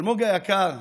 אלמוג היקר,